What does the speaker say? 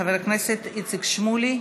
חבר הכנסת איציק שמולי.